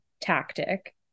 tactic